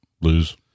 Lose